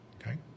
Okay